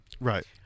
Right